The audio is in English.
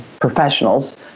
professionals